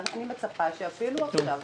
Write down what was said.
אני מצפה שאפילו עכשיו,